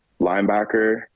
linebacker